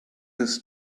his